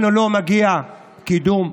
לנו לא מגיע קידום?